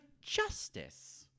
justice